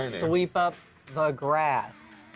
sweep up the grass.